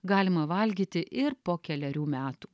galima valgyti ir po kelerių metų